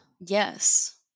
Yes